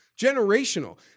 Generational